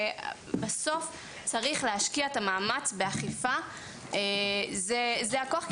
ובסוף, צריך להשקיע את המאמץ באכיפה, זה הכוח.